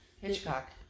Hitchcock